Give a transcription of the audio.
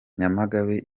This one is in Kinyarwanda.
nyamagabe